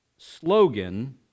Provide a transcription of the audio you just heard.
slogan